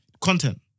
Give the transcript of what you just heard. Content